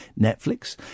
Netflix